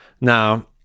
Now